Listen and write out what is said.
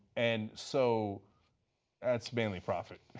and so that's mainly profit.